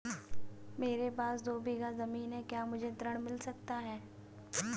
मेरे पास दो बीघा ज़मीन है क्या मुझे कृषि ऋण मिल सकता है?